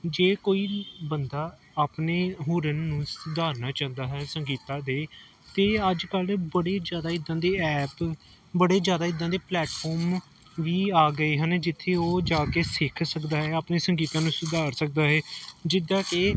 ਜੇ ਕੋਈ ਬੰਦਾ ਆਪਣੇ ਹੁਨਰ ਨੂੰ ਸੁਧਾਰਨਾ ਚਾਹੁੰਦਾ ਹੈ ਸੰਗੀਤ ਦੇ ਤਾਂ ਅੱਜ ਕੱਲ੍ਹ ਬੜੇ ਜ਼ਿਆਦਾ ਇੱਦਾਂ ਦੇ ਐਪ ਬੜੇ ਜ਼ਿਆਦਾ ਇਦਾਂ ਦੇ ਪਲੈਟਫਾਰਮ ਵੀ ਆ ਗਏ ਹਨ ਜਿੱਥੇ ਉਹ ਜਾ ਕੇ ਸਿੱਖ ਸਕਦਾ ਹੈ ਆਪਣੇ ਸੰਗੀਤ ਨੂੰ ਸੁਧਾਰ ਸਕਦਾ ਹੈ ਜਿੱਦਾਂ ਕਿ